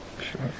Sure